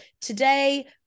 today